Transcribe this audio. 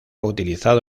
utilizado